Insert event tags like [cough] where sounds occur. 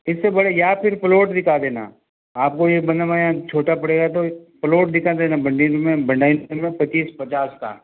इससे बड़े या फिर प्लोट दिखा देना आपको बना बनाया छोटा पड़ेगा तो प्लोट दिखा देना [unintelligible] में पचीस पचास का